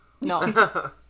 No